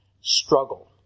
struggle